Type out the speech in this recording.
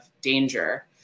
danger